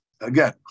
Again